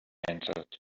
answered